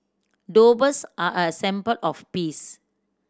doves are a symbol of peace